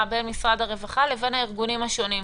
בין משרד הרווחה לבין הארגונים השונים.